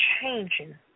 changing